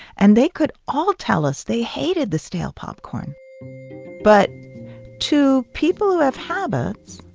and they could all tell us they hated the stale popcorn but to people who have habits,